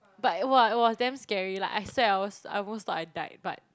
but it !wah! it was damn scary lah I swear I was I almost thought I died but